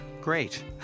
great